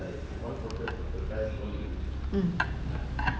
mm